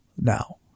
now